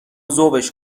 ذوبش